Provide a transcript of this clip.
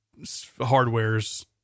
hardwares